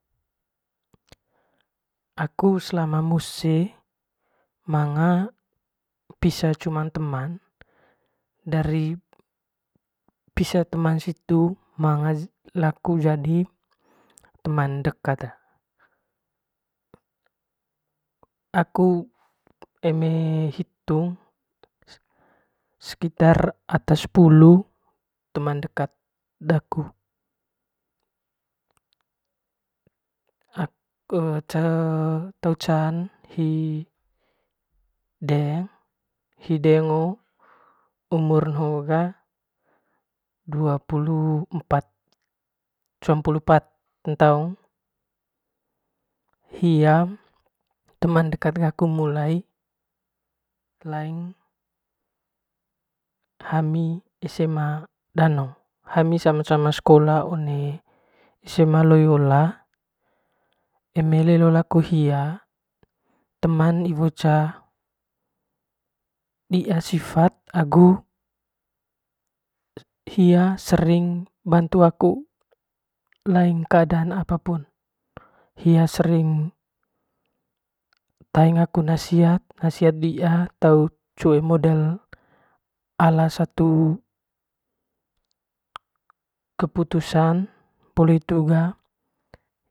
Aku selama mose pisa cumang teman dari pisa teman situ manga laku jadi teman dekat de aku eme hitung sekitar ata sepulu teman dekat daku te can hi deng hi deng hoo umurn hoo ga dua pulu empat suam pulu pat ntaung hia teman dekat gaku mulai hami esema danong hami cama cama sekola one esema loyolla eme lelo laku hia teman iwo ca diaa sifat agu hia sering bantu aku lain dalam keadaan apapun hia sering aku nasihat, nasihat di'a tau coo modeln ala satu keputusan poli hitu ga.